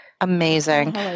Amazing